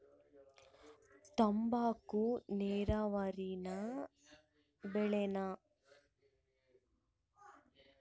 ತಂಬಾಕು ನೇರಾವರಿ ಬೆಳೆನಾ?